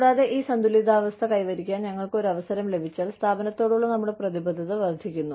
കൂടാതെ ഈ സന്തുലിതാവസ്ഥ കൈവരിക്കാൻ ഞങ്ങൾക്ക് ഒരു അവസരം ലഭിച്ചാൽ സ്ഥാപനത്തോടുള്ള നമ്മുടെ പ്രതിബദ്ധത വർദ്ധിക്കുന്നു